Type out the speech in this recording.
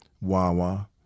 Wawa